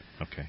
Okay